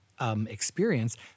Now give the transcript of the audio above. Experience